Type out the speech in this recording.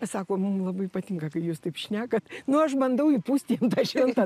sako mum labai patinka kai jūs taip šnekat nu aš bandau įpūsti jiem tą šiltą